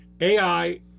AI